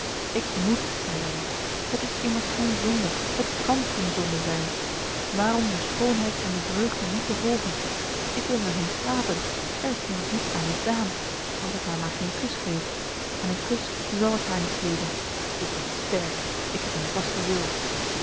ik moet zeide hij het is immers geen zonde het kan geen zonde zijn waarom de schoonheid en de vreugde niet te volgen ik wil haar zien slapen er is immers niets aan misdaan als ik haar maar geen kus geef en een kus zal ik haar niet geven ik ben sterk ik heb een vasten wil